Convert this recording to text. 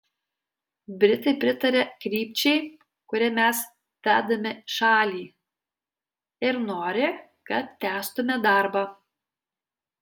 britai pritaria krypčiai kuria mes vedame šalį ir nori kad tęstume darbą